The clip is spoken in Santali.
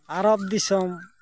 ᱟᱨᱚᱵ ᱫᱤᱥᱚᱢ